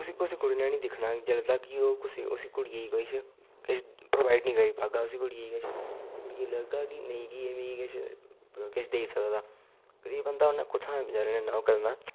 उसी कुसे कुड़ी ने नी दिक्खना कि जिल्लै तक्क ओह् कुसै गी उसी कुड़ियेै गी कुछ प्रोवाइड नी करी पागा उसी कुड़ियै गी किश कुड़ियै गी लग्गग कि नेईं कि एह् मिगी किश देई सकदा गरीब बंदा उन्नै कुत्थुआं इन्ना ओह् करना